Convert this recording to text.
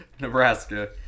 Nebraska